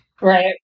Right